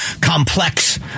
complex